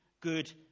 good